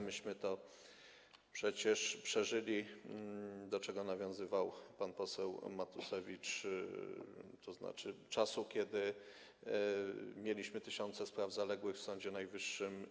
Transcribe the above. Myśmy to przecież przeżyli, do czego nawiązywał pan poseł Matusiewicz, kiedy mieliśmy tysiące spraw zaległych w Sądzie Najwyższym.